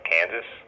Kansas